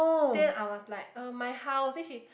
then I was like uh my house then she